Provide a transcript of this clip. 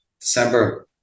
December